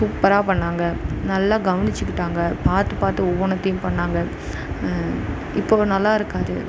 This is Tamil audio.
சூப்பராக பண்ணாங்கள் நல்லா கவனிச்சிக்கிட்டாங்கள் பார்த்து பார்த்து ஒவ்வொன்னுத்தையும் பண்ணாங்கள் இப்போது அவர் நல்லா இருக்கார்